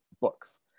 books